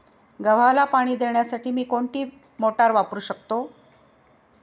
गव्हाला पाणी देण्यासाठी मी कोणती मोटार वापरू शकतो?